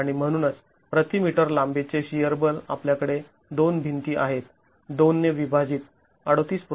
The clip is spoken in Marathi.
आणि म्हणूनच प्रति मीटर लांबीचे शिअर बल आपल्याकडे २ भिंती आहेत २ ने विभाजित ३८